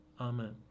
Amen